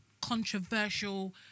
controversial